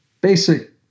basic